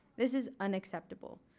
this is unacceptable.